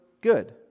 good